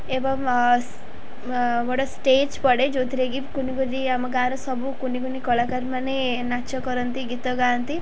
ଏବଂ ଗୋଟେ ଷ୍ଟେଜ୍ ପଡ଼େ ଯୋଉଥିରେ କି କୁନିକୁନି ଆମ ଗାଁର ସବୁ କୁନି କୁନି କଳାକାର ମାନେ ନାଚ କରନ୍ତି ଗୀତ ଗାଆନ୍ତି